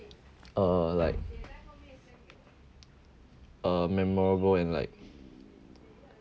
uh like a memorable and like